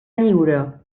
lliure